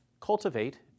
cultivate